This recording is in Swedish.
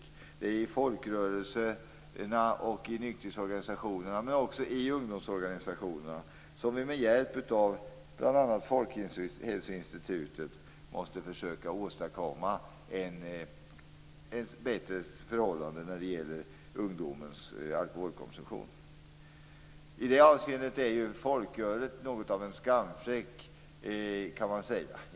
Det är i folkrörelserna och i nykterhetsorganisationerna, men också i ungdomsorganisationerna som vi med hjälp av bl.a. Folkhälsoinstitutet måste försöka åstadkomma ett bättre förhållande när det gäller ungdomens alkoholkonsumtion. I det avseendet är folkölet något av en skamfläck, kan man säga.